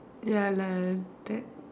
ya like that